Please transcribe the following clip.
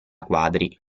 quadri